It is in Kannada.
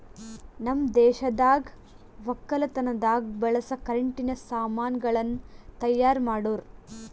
ನಮ್ ದೇಶದಾಗ್ ವಕ್ಕಲತನದಾಗ್ ಬಳಸ ಕರೆಂಟಿನ ಸಾಮಾನ್ ಗಳನ್ನ್ ತೈಯಾರ್ ಮಾಡೋರ್